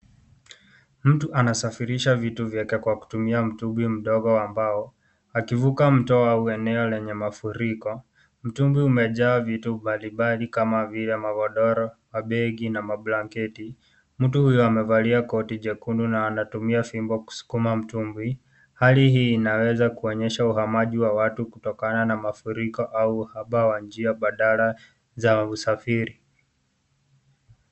Mtu anasafirisha vitu vyake kwa kutumia mtumbwi mdogo wa mbao, akivuka mto au eneo lenye mafuriko. Mtumbwi umejaa vitu mbalimbali kama vile magodoro, mabegi na mablanketi. Mtu huyo amevalia koti jekundu na anatumia fimbo kusukuma mtumbwi. Hali hii inaweza kuonyesha uhamaji wa watu kutokana na mafuriko au uhaba wa njia mbadala za usafiri.